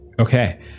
Okay